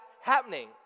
happening